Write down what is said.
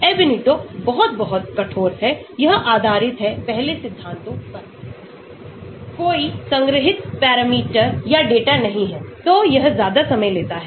Ab initio बहुत बहुत कठोर है यह आधारित है पहले सिद्धांतों पर कोई संग्रहीत पैरामीटर या डेटा नहीं हैं तो यह ज्यादा समय लेता है